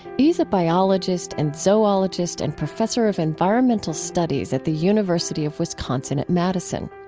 he's a biologist and zoologist and professor of environmental studies at the university of wisconsin at madison.